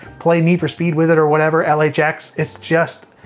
play need for speed with it or whatever, lhx, it's just